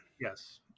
Yes